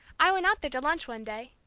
i went out there to lunch one day.